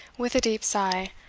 with a deep sigh,